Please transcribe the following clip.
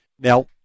Now